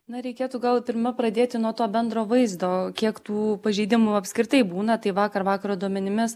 na reikėtų gal pirma pradėti nuo to bendro vaizdo kiek tų pažeidimų apskritai būna tai vakar vakaro duomenimis